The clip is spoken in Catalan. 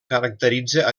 caracteritza